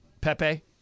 Pepe